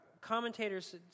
commentators